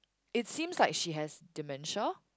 it seems like she has dementia